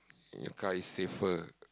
your car is safer